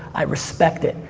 i respect it,